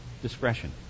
discretion